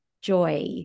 joy